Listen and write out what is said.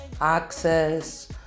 Access